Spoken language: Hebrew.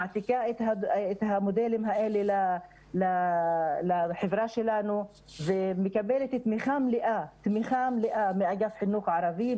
מעתיקה את המודלים האלה לחברה שלנו ומקבלת תמיכה מלאה מאגף חינוך ערבי,